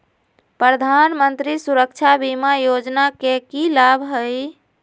प्रधानमंत्री सुरक्षा बीमा योजना के की लाभ हई?